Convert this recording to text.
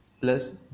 plus